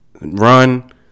run